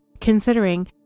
considering